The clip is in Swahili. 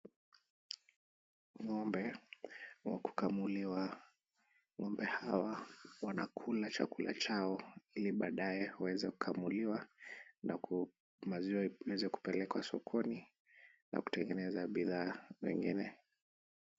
Ng'ombe wa kukamuliwa. Ng'ombe hawa wanakula chakula chao ili baadaye waweze kukamuliwa na maziwa iweze kupelekwa sokoni na kutengeneza bidhaa mengine.